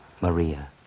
Maria